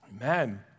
Amen